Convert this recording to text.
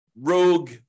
rogue